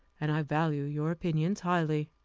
and i value your opinions highly.